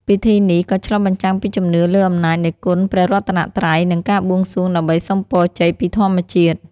ពិធីនេះក៏ឆ្លុះបញ្ចាំងពីជំនឿលើអំណាចនៃគុណព្រះរតនត្រ័យ និងការបួងសួងដើម្បីសុំពរជ័យពីធម្មជាតិ ។